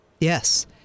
Yes